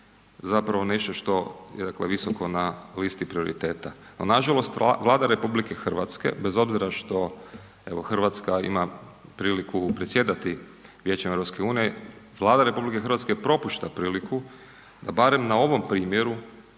zapravo nešto što je dakle visoko na listi prioriteta no nažalost Vlada RH bez obzira što evo Hrvatska ima priliku predsjedati Vijećem EU-a, Vlada RH propušta priliku da barem na ovom primjeru